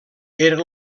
era